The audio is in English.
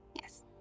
Yes